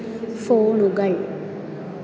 ഫോണുകൾ